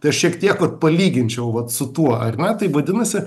tai šiek tiek vat palyginčiau vat su tuo ar ne tai vadinasi